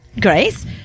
Grace